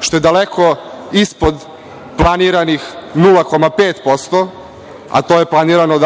što je daleko ispod planiranih 0,5%, a to je planirano